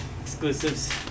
exclusives